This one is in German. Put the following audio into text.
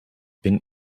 bin